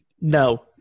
No